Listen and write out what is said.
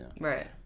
Right